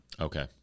Okay